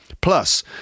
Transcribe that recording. Plus